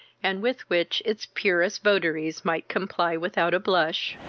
and with which its purest votaries might comply without a blush.